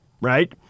Right